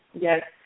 Yes